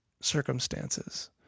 circumstances